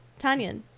Tanyan